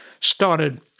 started